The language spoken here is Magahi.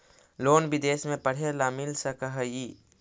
लोन विदेश में पढ़ेला मिल सक हइ?